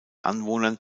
anwohnern